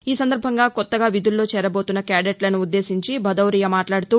ఈ సందర్బంగా కొత్తగా విధుల్లో చేరబోతున్న క్యాడేట్లను ఉద్దేశించి భదౌరియా మాట్లాడుతూ